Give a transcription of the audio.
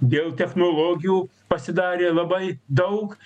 dėl technologijų pasidarė labai daug